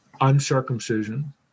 uncircumcision